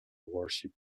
worship